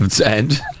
end